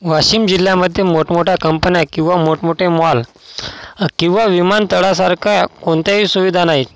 वाशीम जिल्ह्यामध्ये मोठमोठ्या कंपन्या किंवा मोठमोठे मॉल किंवा विमानतळासारखा कोणत्याही सुविधा नाहीत